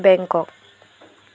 Bangkok